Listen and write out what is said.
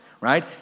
right